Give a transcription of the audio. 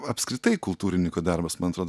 apskritai kultūrinyko darbas man atrodo